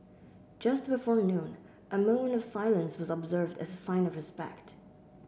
just before noon a moment of silence was observed as a sign of respect